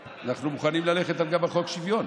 אנחנו מוכנים ללכת גם על חוק שוויון